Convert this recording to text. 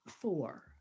four